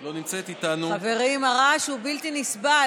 שהיא לא נמצאת איתנו, חברים, הרעש הוא בלתי נסבל.